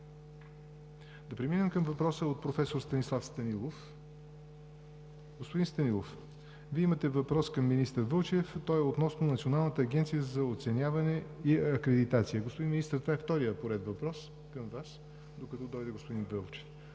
Да преминем към въпроса от професор Станислав Станилов. Господин Станилов, Вие имате въпрос към министър Вълчев относно Националната агенция за оценяване и акредитация. Господин Министър, това е вторият по ред въпрос към Вас – докато дойде господин Бойчев.